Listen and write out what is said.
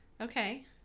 Okay